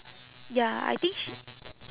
ya I think she